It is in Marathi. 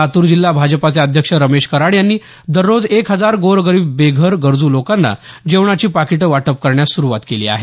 लातूर जिल्हा भाजपाचे अध्यक्ष रमेश कराड यांनी दररोज एक हजार गोरगरीब बेघर गरजू लोकांना जेवणाची पाकिटं वाटप करण्यास सुरुवात केली आहे